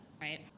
right